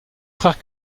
frère